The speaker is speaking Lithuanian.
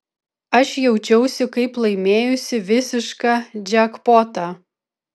aš jaučiausi kaip laimėjusi visišką džekpotą